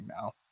now